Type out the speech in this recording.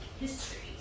history